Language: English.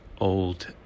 old